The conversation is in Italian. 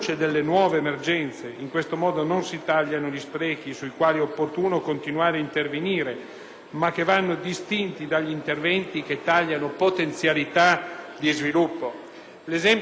ma che vanno distinti dagli interventi che tagliano potenzialità di sviluppo. L'esempio di gestione inconsulta del Patto di stabilità, incapace di distinguere tra enti locali virtuosi e viziosi,